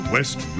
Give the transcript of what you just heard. West